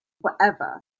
forever